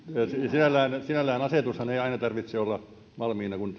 sinällään asetuksenhan ei aina tarvitse olla valmiina kun